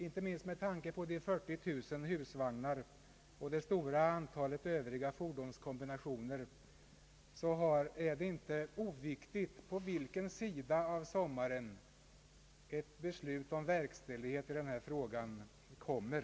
Inte minst med tanke på de 40 000 husvagnarna och det stora antalet övriga fordonskombinationer är det inte oviktig på vilken sida av sommaren ett beslut om nya bestämmelser kommer.